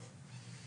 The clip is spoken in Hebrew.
יופי.